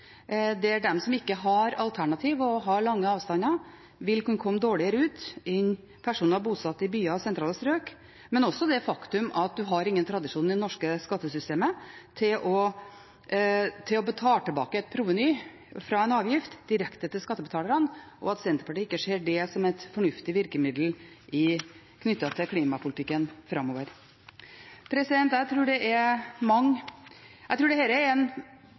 som ikke har alternativ og har lange avstander, vil kunne komme dårligere ut enn personer bosatt i byer og sentrale strøk, og det faktum at man har ingen tradisjon i det norske skattesystemet for å betale tilbake et proveny fra en avgift direkte til skattebetalerne. Senterpartiet ser ikke det som et fornuftig virkemiddel i klimapolitikken framover. Jeg tror det er en fornuftig debatt. Dette er ikke et forslag som kan oppnå Senterpartiets støtte, men jeg tror